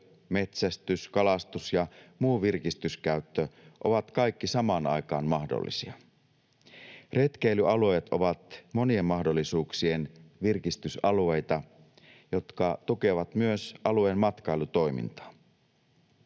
metsästys, kalastus ja muu virkistyskäyttö ovat kaikki samaan aikaan mahdollisia. Retkeilyalueet ovat monien mahdollisuuksien virkistysalueita, jotka tukevat myös alueen matkailutoimintaa.